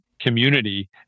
community